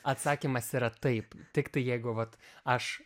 atsakymas yra taip tiktai jeigu vat aš